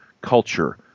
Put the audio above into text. culture